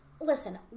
Listen